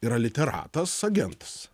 yra literatas agentas